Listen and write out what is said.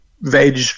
veg